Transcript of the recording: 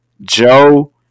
Joe